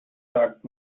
sagt